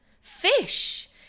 fish